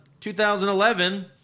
2011